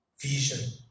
vision